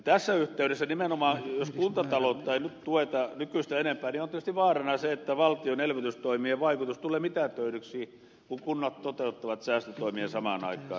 tässä yhteydessä jos kuntataloutta ei nyt tueta nykyistä enempää on tietysti vaarana se että valtion elvytystoimien vaikutus tulee mitätöidyksi kun kunnat toteuttavat säästötoimia samaan aikaan